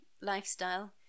lifestyle